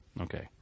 Okay